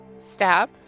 Stab